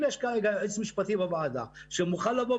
אם יש כרגע יועץ משפטי בוועדה שמוכן לומר